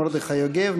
מרדכי יוגב,